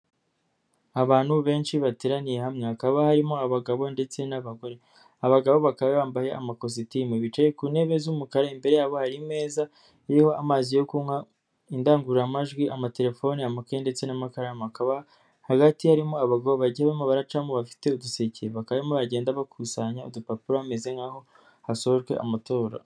Abantu benshi bateraniye hamwe, hakaba harimo abagabo ndetse n'abagare, abagabo bakaba bambaye amakositimu bicaye ku ntebe z'umukara imbere yabo hari imeza iriho amazi yo kunywa, indangururamajwi, amatelefone, amakeye, ndetse n'amakaramu; hagati harimo abagabo barimo baracamo bafite uduseke, bakaba barimo bagenda bakusanya udupapuro bameze nk'aho hasojwe amatora.